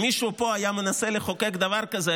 אם מישהו פה היה מנסה לחוקק דבר כזה,